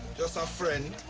just a friend.